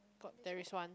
got there is one